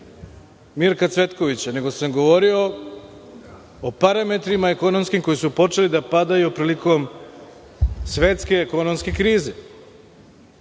Mirka Cvetkovića, nego sam govorio o ekonomskim parametrima, koji su počeli da padaju prilikom svetske ekonomske krize. To